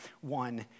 one